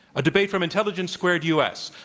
a debate from intelligence squared u. s.